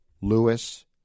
Lewis